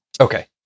Okay